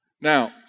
Now